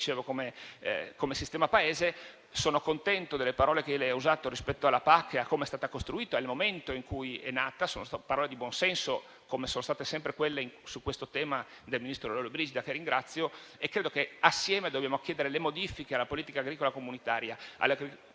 assieme come sistema Paese. Sono contento delle parole che lei ha usato rispetto alla PAC, a come è stata costruita e al momento in cui è nata. Sono parole di buon senso, come su questo tema sono sempre state quelle del ministro Lollobrigida che ringrazio. Credo che assieme dobbiamo chiedere le modifiche alla Politica agricola comune.